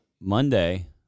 Monday